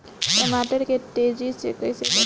टमाटर के तेजी से कइसे बढ़ाई?